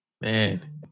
Man